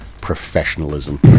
professionalism